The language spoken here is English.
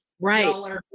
right